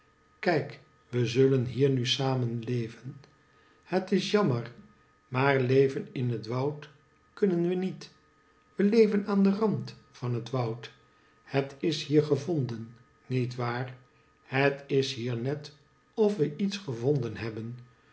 kijk we zullen hier nu samen leven het is jammer maar leven in het woud kunnen we niet wij leven aan den rand van het woud het is hier gevonden niet waar het is hier net of we iets gevonden hebben